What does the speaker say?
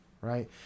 right